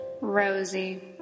Rosie